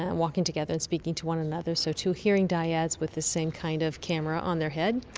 and walking together and speaking to one another, so two hearing dyads with the same kind of camera on their head,